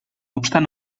obstant